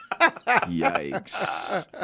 Yikes